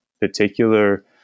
particular